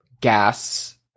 gas